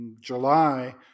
July